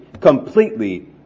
completely